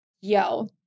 Yo